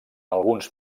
alguns